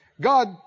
God